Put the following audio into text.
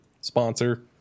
sponsor